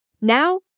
Now